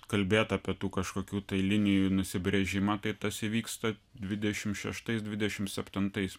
kalbėt apie tų kažkokių tai linijų nusigręžimą tai tas įvyksta dvidešimt šeštais dvidešimt septintais